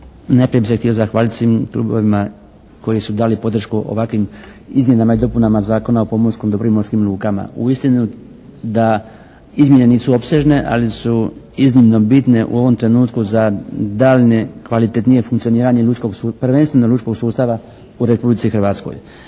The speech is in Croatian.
Najprije bih se htio zahvaliti svim klubovima koji su dali podršku ovakvim izmjenama i dopunama Zakona o pomorskom dobru i morskim lukama. Uistinu da izmjene nisu opsežne ali su iznimno bitne u ovom trenutku za daljnje kvalitetnije funkcioniranje prvenstveno lučkog sustava u Republici Hrvatskoj.